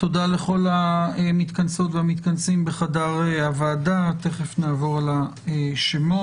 תודה לכל המתכנסות והמתכנסים בחדר הוועדה תכף נעבור על השמות